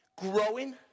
Growing